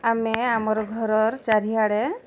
ଆମେ ଆମର୍ ଘରର୍ ଚାରିଆଡ଼େ